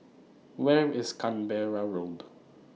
Where IS Canberra Road